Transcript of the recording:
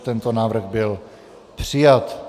Tento návrh byl přijat.